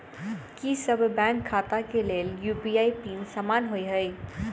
की सभ बैंक खाता केँ लेल यु.पी.आई पिन समान होइ है?